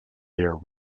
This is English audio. their